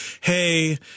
hey